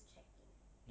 just checking